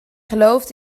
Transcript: gelooft